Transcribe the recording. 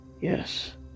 Yes